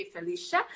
Felicia